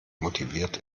motiviert